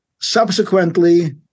Subsequently